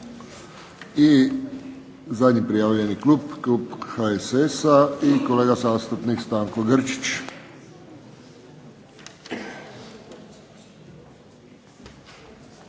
I zadnji prijavljeni klub, klub HSS-a i kolega zastupnik Stanko Grčić.